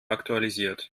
aktualisiert